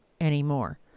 anymore